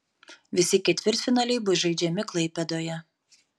visi ketvirtfinaliai bus žaidžiami klaipėdoje